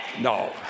No